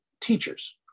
teachers